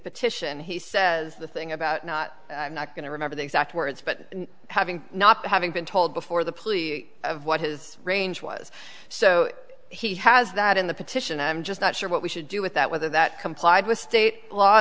petition he says the thing about not i'm not going to remember the exact words but having not having been told before the plea of what his range was so he has that in the petition i'm just not sure what we should do with that whether that complied with state law